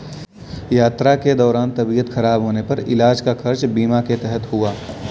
यात्रा के दौरान तबियत खराब होने पर इलाज का खर्च बीमा के तहत हुआ